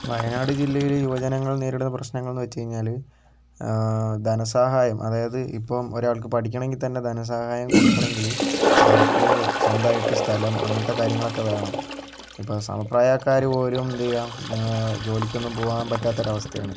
വയനാട് ജില്ലയിലെ യുവജനങ്ങൾ നേരിടുന്ന പ്രശ്നങ്ങൾ എന്നു വച്ചു കഴിഞ്ഞാൽ ധനസഹായം അതായത് ഇപ്പം ഒരാൾക്ക് പഠിക്കണമെങ്കിൽത്തന്നെ ധനസഹായം കൊടുക്കണമെങ്കിൽ അവർക്ക് സ്വന്തമായിട്ട് സ്ഥലം അങ്ങനത്തെ കാര്യങ്ങളൊക്കെ വേണം ഇപ്പോൾ സമപ്രായക്കാരുപോലും എന്തു ചെയ്യുക ജോലിക്കൊന്നും പോകുവാൻ പറ്റാത്തൊരവസ്ഥയാണ്